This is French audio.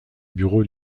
bureau